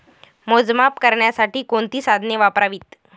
मोजमाप करण्यासाठी कोणती साधने वापरावीत?